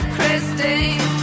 Christine